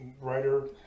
writer